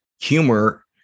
humor